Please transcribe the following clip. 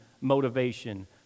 motivation